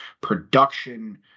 production